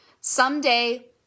Someday